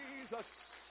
Jesus